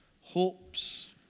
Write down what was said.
hopes